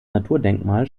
naturdenkmal